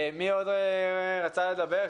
מי עוד רצה לדבר?